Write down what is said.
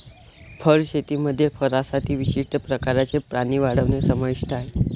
fur शेतीमध्ये फरसाठी विशिष्ट प्रकारचे प्राणी वाढवणे समाविष्ट आहे